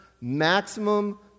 maximum